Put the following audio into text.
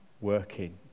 working